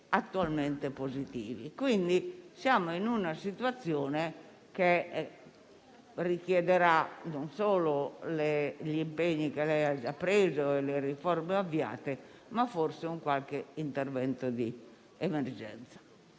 attualmente positivi, per cui siamo in una situazione che richiederà non solo l'attuazione degli impegni che lei ha preso e le riforme avviate, ma forse anche un qualche intervento di emergenza.